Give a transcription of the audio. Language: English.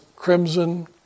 Crimson